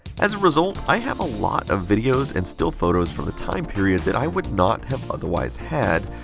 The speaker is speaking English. as a result, i have a lot of videos and still photos from the time period that i would not have otherwise had.